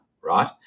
Right